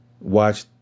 watch